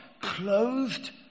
Clothed